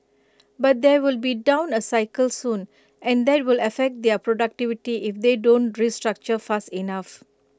but there will be down A cycle soon and that will affect their productivity if they don't restructure fast enough